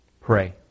Pray